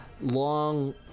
long